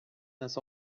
this